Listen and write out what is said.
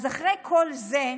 אז אחרי כל זה,